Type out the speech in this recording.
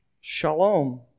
Shalom